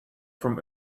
from